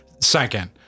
second